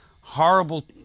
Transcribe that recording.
horrible